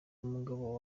umugabo